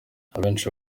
abenshi